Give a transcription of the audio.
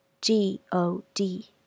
G-O-D